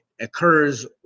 occurs